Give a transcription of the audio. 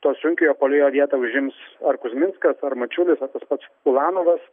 to sunkiojo puolėjo vietą užims ar kuzminskas ar mačiulis ar tas pats ulanovas